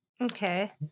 Okay